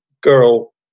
girl